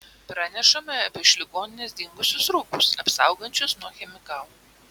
pranešama apie iš ligoninės dingusius rūbus apsaugančius nuo chemikalų